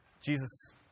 Jesus